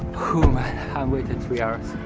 i waited three hours.